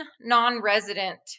non-resident